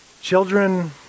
Children